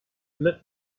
lit